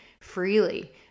freely